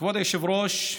כבוד היושב-ראש,